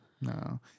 No